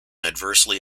adversely